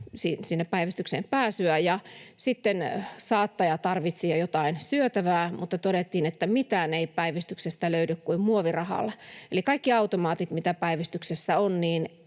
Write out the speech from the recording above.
sinne päivystykseen pääsyä. Sitten saattaja tarvitsi jo jotain syötävää, mutta todettiin, että päivystyksestä ei löydy mitään kuin muovirahalla. Eli automaatit, mitä päivystyksessä on,